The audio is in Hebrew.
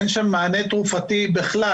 אין שם מענה תרופתי בכלל,